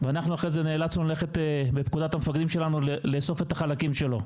ואנחנו אחרי זה נאלצנו ללכת בפקודת המפקדים שלנו לאסוף את החלקים שלו.